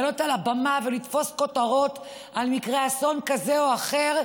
לעלות לבמה ולתפוס כותרות על מקרה אסון כזה או אחר,